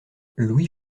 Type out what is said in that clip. louis